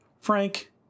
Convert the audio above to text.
Frank